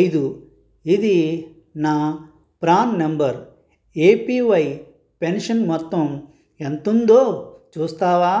ఐదు ఇది నా ప్రాన్ నంబర్ ఏపీవై పెన్షన్ మొత్తం ఎంతుందో చూస్తావా